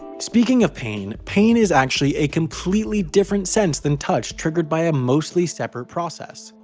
speaking of pain, pain is actually a completely different sense than touch triggered by a mostly separate process.